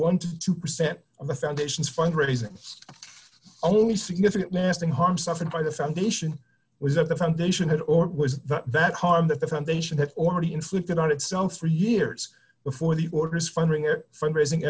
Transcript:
one to two percent of the foundation's fund raising only significant masking harm suffered by the foundation was the foundation and or was that harm that the foundation had already inflicted on itself for years before the orders funding their fundraising